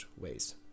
ways